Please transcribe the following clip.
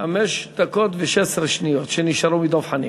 חמש דקות ו-16 שניות שנשארו מדב חנין.